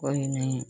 कोई नहीं